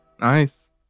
nice